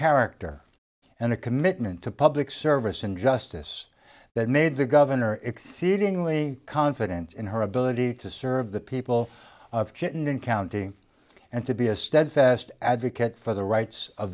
character and a commitment to public service and justice that made the governor exceedingly confident in her ability to serve the people of chittenden county and to be a steadfast advocate for the rights of